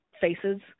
faces